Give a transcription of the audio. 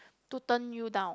to turn you down